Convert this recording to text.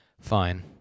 Fine